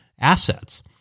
assets